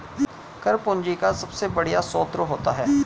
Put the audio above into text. कर पूंजी का सबसे बढ़िया स्रोत होता है